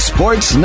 Sports